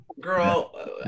Girl